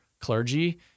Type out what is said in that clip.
clergy